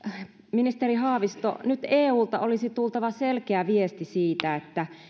ministeri haavisto nyt eulta olisi tultava selkeä viesti siitä että